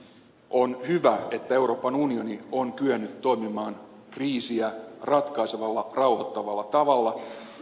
on hyvä että euroopan unioni on kyennyt toimimaan kriisiä ratkaisevalla rauhoittavalla tavalla